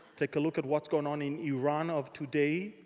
take a look at what's going on in iran of today.